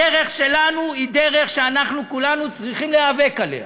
הדרך שלנו היא דרך שאנחנו כולנו צריכים להיאבק עליה,